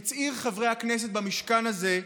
כצעיר חברי הכנסת במשכן הזה,